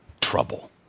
trouble